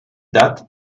date